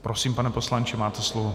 Prosím, pane poslanče, máte slovo.